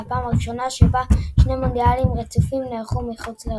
והפעם הראשונה שבה שני מונדיאלים רצופים נערכו מחוץ לאירופה.